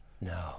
No